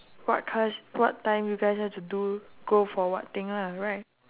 what class what time you guys have to do go for what thing lah right